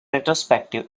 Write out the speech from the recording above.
retrospective